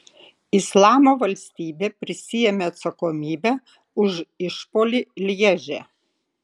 islamo valstybė prisiėmė atsakomybę už išpuolį lježe